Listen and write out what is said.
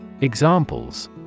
Examples